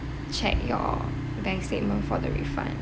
check your bank statement for the refund